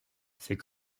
ces